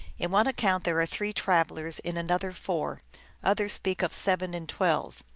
in one account there are three travelers, in another four others speak of seven and twelve.